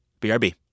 BRB